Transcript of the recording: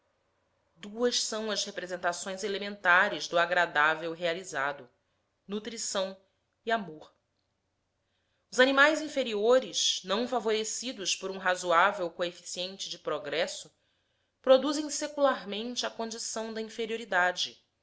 duas são as representações elementares do agradável realizado nutrição e amor os animais inferiores não favorecidos por um razoável coeficiente de progresso produzem secularmente a condição da inferioridade